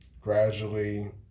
gradually